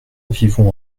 vivons